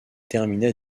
termina